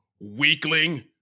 Weakling